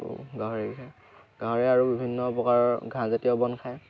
গাহৰিয়ে কি খায় গাহৰিয়ে আৰু বিভিন্ন প্ৰকাৰৰ ঘাঁহ জাতীয় বন খায়